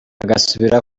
agasubira